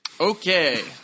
Okay